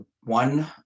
one